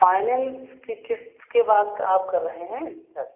finance कि किसकी बात आप कर रहे हैं सर